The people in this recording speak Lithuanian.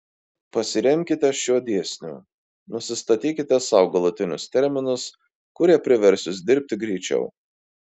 pasiremkite šiuo dėsniu nusistatykite sau galutinius terminus kurie privers jus dirbti greičiau